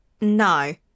no